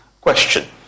Question